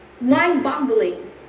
mind-boggling